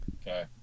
Okay